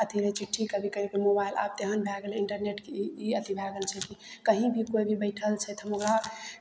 अथी रहय चिट्ठी नहि कभी कभी मोबाइल आब तऽ एहन भए गेलय इंटरनेट की ई ई अथी भए गेल छै की कहीँ भी कोइ भी बैठल छथि हम ओकरा